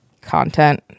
content